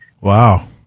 Wow